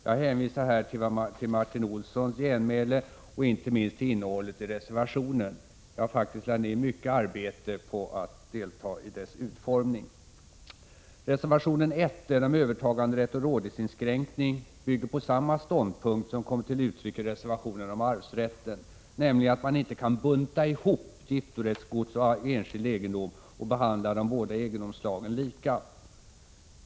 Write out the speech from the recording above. Jag hänvisar till Martin Olssons genmäle och inte minst till innehållet i reservationen — jag har lagt ner mycket arbete på att delta i dess utformning. Reservation 1 om övertaganderätt och rådighetsinskränkning bygger på samma ståndpunkt som kommer till uttryck i reservationen om arvsrätten, nämligen att man inte kan bunta ihop giftorättsgods och enskild egendom och behandla dem lika.